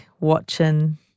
watching